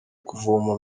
kuvoma